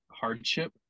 hardship